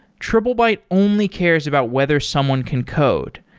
triplebyte only cares about whether someone can code.